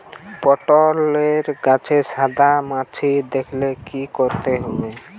পটলে গাছে সাদা মাছি দেখালে কি করতে হবে?